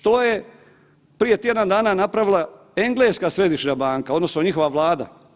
Što je prije tjedan dana napravila Engleska središnja banka odnosno njihova Vlada?